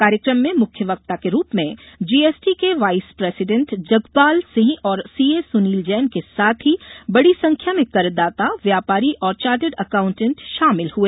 कार्यकम में मुख्य वक्ता के रूप में जीएसटी के वॉइस प्रसिडेंट जगपाल सिंह और सीए सुनील जैन के साथ ही बड़ी संख्या में करदाता व्यापारी और चार्टर्ड अकाउण्टेंट शामिल हुए